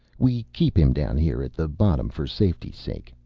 we keep him down here at the bottom for safety's sake.